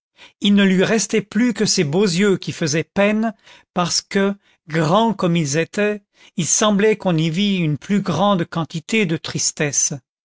il ne lui restait plus que ses beaux yeux qui faisaient peine parce que grands comme ils étaient il semblait qu'on y vît une plus grande quantité de tristesse